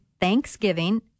thanksgiving